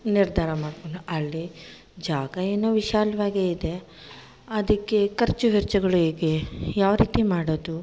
ನಿರ್ಧಾರ ಮಾಡ್ಕೊಂಡೋ ಅಲ್ಲಿ ಜಾಗ ಏನೋ ವಿಶಾಲವಾಗೇ ಇದೆ ಅದಕ್ಕೆ ಖರ್ಚು ವೆಚ್ಚಗಳು ಹೇಗೆ ಯಾವ ರೀತಿ ಮಾಡೋದು